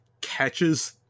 catches